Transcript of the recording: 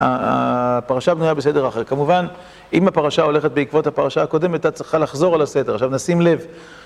הפרשה בנויה בסדר אחר. כמובן, אם הפרשה הולכת בעקבות הפרשה הקודמת, את צריכה לחזור על הסדר. עכשיו, נשים לב.